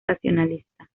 racionalista